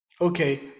Okay